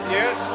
yes